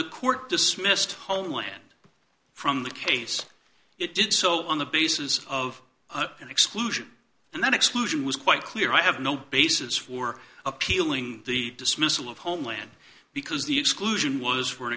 the court dismissed homeland from the case it did so on the basis of an exclusion and that exclusion was quite clear i have no basis for appealing the dismissal of homeland because the exclusion was